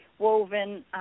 woven